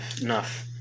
enough